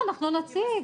אנחנו נציג,